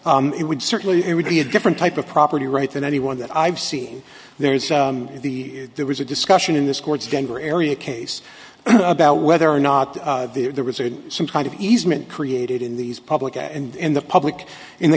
below it would certainly be a different type of property rights than any one that i've seen there's the there was a discussion in this court's denver area case about whether or not there was a some kind of easement created in these public and in the public in the